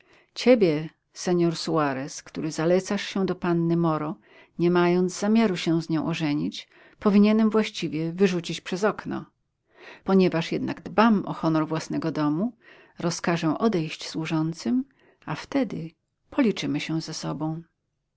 ciebie senor suarez który zalecasz się do panny moro nie mając zamiaru się z nią ożenić powinienem właściwie wyrzucić przez okno ponieważ jednak dbam o honor własnego domu rozkażę odejść służącym a wtedy policzymy się ze sobą